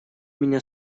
меня